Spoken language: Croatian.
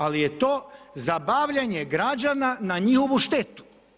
Ali je to zabavljanje građana na njihovu štetu.